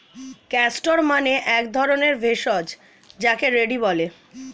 castor মানে এক ধরণের ভেষজ যাকে রেড়ি বলে